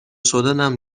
شدنم